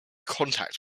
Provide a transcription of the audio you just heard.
contact